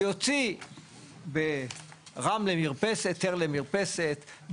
שיוציא ברמלה היתר למרפסת,